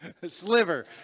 Sliver